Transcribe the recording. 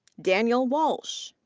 daniel walsh.